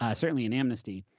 ah certainly in amnesty,